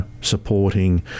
supporting